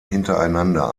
hintereinander